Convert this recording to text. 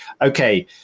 okay